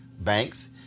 banks